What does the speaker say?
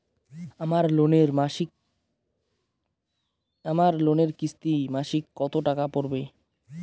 আমার লোনের কিস্তি মাসিক কত টাকা পড়বে?